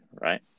right